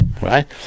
right